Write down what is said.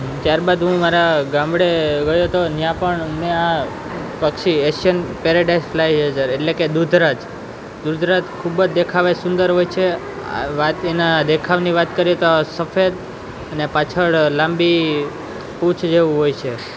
ત્યાર બાદ હું મારા ગામડે ગયો તો ત્યાં પણ મેં આ પક્ષી એશિયન પેરેડાઈસ ફ્લાઇ એઝર એટલે કે દૂધ રાજ દૂધ રાજ ખૂબ જ દેખાવે સુંદર હોય છે વાત એના દેખાવની વાત કરીએ તો સફેદ અને પાછળ લાંબી પૂંછ જેવું હોય છે